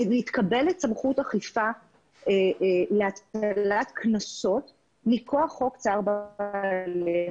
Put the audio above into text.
מתקבלת סמכות אכיפה להטלת קנסות מכוח חוק צער בעלי חיים.